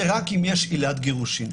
זה רק אם יש עילת גירושין.